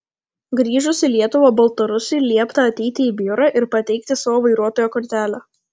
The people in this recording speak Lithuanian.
grįžus į lietuvą baltarusiui liepta ateiti į biurą ir pateikti savo vairuotojo kortelę